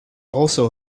also